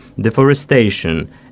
deforestation